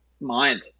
mind